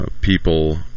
people